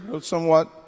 somewhat